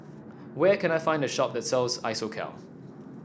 where can I find a shop that sells Isocal